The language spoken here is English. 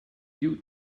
you